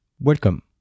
Welcome